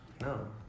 No